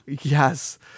Yes